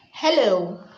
Hello